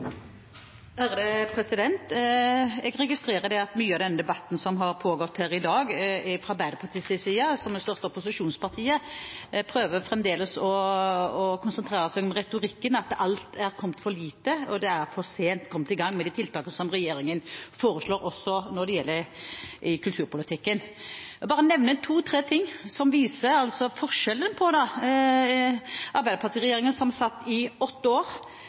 Jeg registrerer at man i mye av den debatten som har pågått i dag, fra Arbeiderpartiets side – som er det største opposisjonspartiet – fremdeles prøver å konsentrere seg om retorikken, at det er kommet for lite, og at en for sent har kommet i gang med de tiltakene som regjeringen foreslår i kulturpolitikken. Jeg vil bare nevne en to–tre ting som viser forskjellen fra den regjeringen Arbeiderpartiet var en del av, og som satt i åtte år.